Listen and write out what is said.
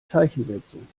zeichensetzung